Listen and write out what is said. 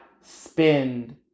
spend